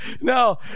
No